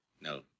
No